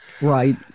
Right